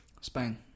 Spain